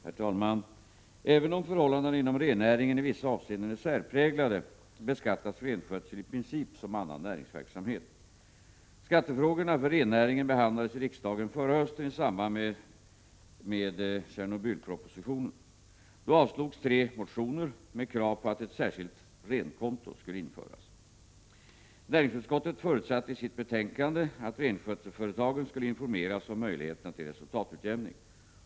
Herr talman! Även om förhållandena inom rennäringen i vissa avseenden är särpräglade beskattas renskötsel i princip som annan näringsverksamhet. Skattefrågorna för rennäringen behandlades i riksdagen förra hösten i samband med Tjernobylpropositionen att renskötselföretagen skulle informeras om möjligheterna till resultatutjämning.